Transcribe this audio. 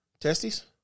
Testes